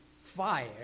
fire